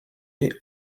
est